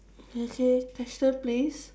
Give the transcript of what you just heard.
okay question please